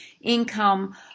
income